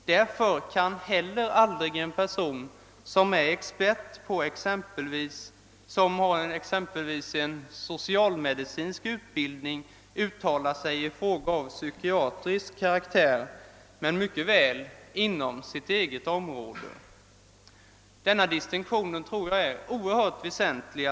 Därför kan heller aldrig en person som, exempelvis har en socialmedicinsk utbildning uttala sig i frågor av psykiatrisk karaktär, men mycket väl inom sitt eget område. Det är oerhört väsentligt att man gör denna distinktion.